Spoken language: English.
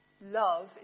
love